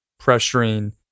pressuring